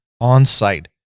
on-site